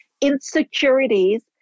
insecurities